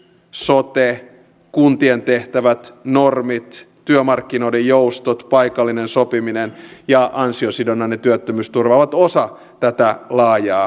kilpailukyky työllisyys sote kuntien tehtävät normit työmarkkinoiden joustot paikallinen sopiminen ja ansiosidonnainen työttömyysturva ovat osa tätä laajaa kehikkoa